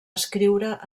escriure